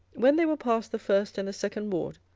when they were past the first and the second ward,